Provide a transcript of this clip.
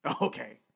Okay